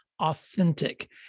authentic